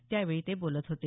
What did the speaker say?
त्यावेळी ते बोलत होते